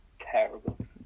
terrible